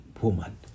woman